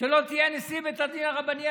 שלא תהיה נשיא בית הדין הרבני הגדול.